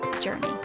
journey